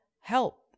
help